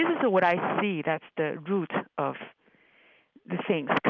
is what i see. that's the root of the things. but